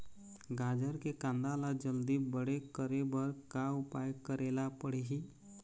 गाजर के कांदा ला जल्दी बड़े करे बर का उपाय करेला पढ़िही?